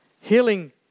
Healing